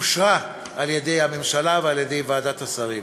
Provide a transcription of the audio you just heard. אושרה על-ידי הממשלה ועל-ידי ועדת השרים.